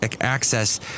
access